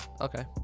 Okay